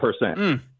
percent